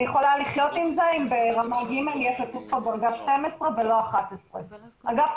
אני יכולה לחיות עם זה אם ברמה ג' יהיה כתוב פה דרגה 12 ולא 11. אגב,